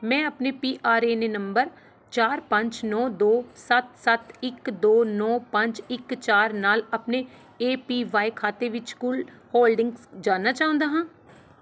ਮੈਂ ਆਪਣੇ P R A N ਨੰਬਰ ਚਾਰ ਪੰਜ ਨੌਂ ਦੋ ਸੱਤ ਸੱਤ ਇੱਕ ਦੋ ਨੌਂ ਪੰਜ ਇੱਕ ਚਾਰ ਨਾਲ ਆਪਣੇ ਏ ਪੀ ਵਾਈ ਖਾਤੇ ਵਿੱਚ ਕੁੱਲ ਹੋਲਡਿੰਗਜ਼ ਜਾਣਨਾ ਚਾਹੁੰਦਾ ਹਾਂ